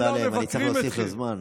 חבר הכנסת אמסלם, אני צריך להוסיף לו זמן.